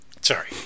Sorry